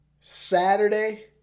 Saturday